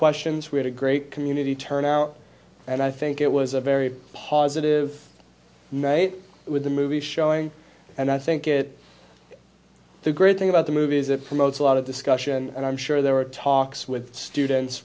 questions we had a great community turn out and i think it was a very positive night with the movie showing and i think it the great thing about the movie is it promotes a lot of discussion and i'm sure there were talks with students